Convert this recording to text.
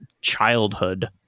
childhood